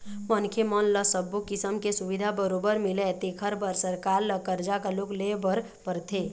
मनखे मन ल सब्बो किसम के सुबिधा बरोबर मिलय तेखर बर सरकार ल करजा घलोक लेय बर परथे